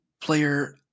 player